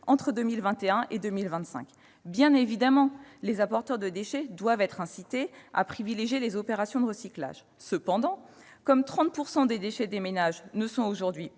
entre 2021 et 2025. Bien évidemment, les apporteurs de déchets doivent être incités à privilégier les opérations de recyclage. Cependant, comme 30 % des déchets des ménages ne sont aujourd'hui